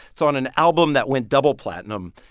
it's on an album that went double platinum.